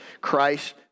Christ